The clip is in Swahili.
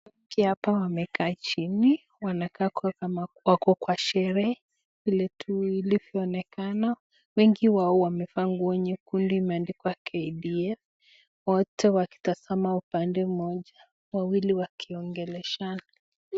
Watu hapa wamekaa chini wanakaa kama wako kwa sherehe vile ilivyoonekana, wengi wao wamevaa nguo nyekundu imeandikwa KDF,wote wakitazama upande mmoja. Wawili wakiongeleshana.